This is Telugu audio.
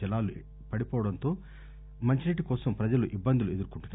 జలాలు పడిపోవడంతో మంచినీటికోసం ప్రజలు ఇబ్బందులు ఎదుర్కొంటున్నారు